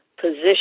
position